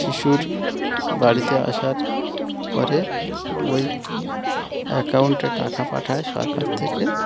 শিশুর বাড়িতে আসার পরে ওই অ্যাকাউন্টে টাকা পাঠায় সরকার থেকে